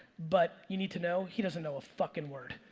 but you need to know, he doesn't know a fuckin' word.